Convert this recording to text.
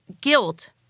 guilt